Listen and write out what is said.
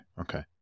Okay